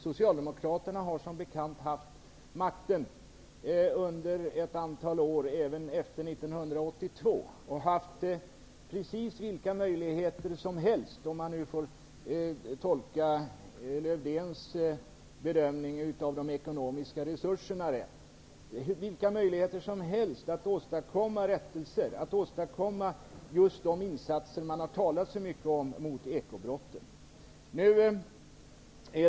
Socialdemokraterna har som bekant haft makten under ett antal år även efter 1982 och haft precis vilka möjligheter som helst -- om jag nu får tolka Lars-Erik Lövdéns bedömning av de ekonomiska resurserna så -- att åstadkomma rättelser och göra de insatser som man talat så mycket om mot ekobrotten.